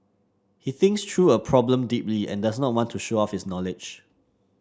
he thinks through a problem deeply and does not want to show off his knowledge